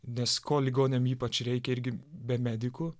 nes ko ligoniam ypač reikia irgi be medikų